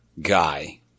guy